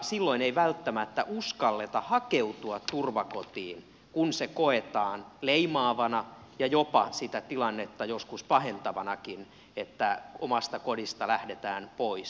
silloin ei välttämättä uskalleta hakeutua turvakotiin kun se koetaan leimaavana ja jopa sitä tilannetta joskus pahentavanakin että omasta kodista lähdetään pois